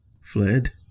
Fled